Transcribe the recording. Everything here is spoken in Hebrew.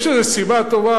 יש איזו סיבה טובה?